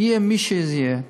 יהיה מי שיהיה,